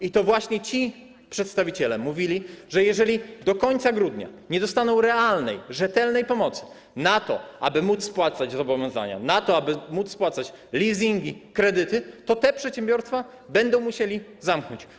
I to właśnie ci przedstawiciele mówili, że jeżeli do końca grudnia nie dostaną realnej, rzetelnej pomocy przeznaczonej na to, aby móc spłacać zobowiązania, na to, aby móc spłacać leasingi i kredyty, to te przedsiębiorstwa będą musieli zamknąć.